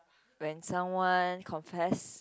when someone confess